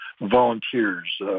volunteers